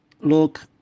look